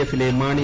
എഫിലെ മാണി